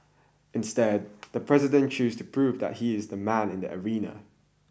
instead the president chose to prove that he is the man in the arena